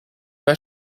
pas